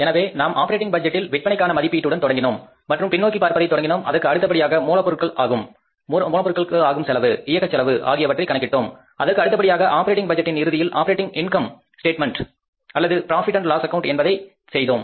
எனவே நாம் ஆப்பரேட்டிங் பட்ஜெட்டில் விற்பனைக்கான மதிப்பீட்டுடன் தொடங்கினோம் மற்றும் பின்னோக்கி பார்ப்பதை தொடங்கினோம் அதற்கு அடுத்தபடியாக மூலப்பொருட்கள் ஆகும் செலவு இயக்க செலவு ஆகியவற்றை கணக்கிட்டோம் அதற்கு அடுத்தபடியாக ஆப்பரேட்டிங் பட்ஜெட்டின் இறுதியில் ஆப்பரேட்டிங் இன்கம் ஸ்டேட்மென்ட் அல்லது ப்ராபிட் அண்ட் லாஸ் அக்கவுண்ட் என்பதை தயார் செய்தோம்